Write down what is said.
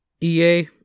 EA